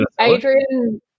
Adrian